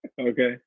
okay